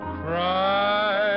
cry